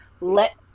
let